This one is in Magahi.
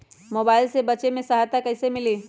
मोबाईल से बेचे में सहायता कईसे मिली?